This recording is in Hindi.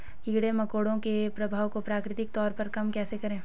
कीड़े मकोड़ों के प्रभाव को प्राकृतिक तौर पर कम कैसे करें?